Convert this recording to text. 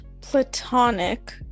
platonic